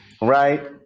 right